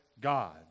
God